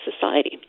society